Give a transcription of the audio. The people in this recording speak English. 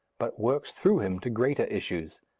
but works through him to greater issues.